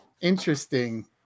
interesting